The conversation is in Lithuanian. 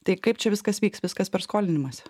tai kaip čia viskas vyks viskas per skolinimąsi